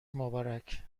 مبارک